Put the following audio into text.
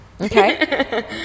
Okay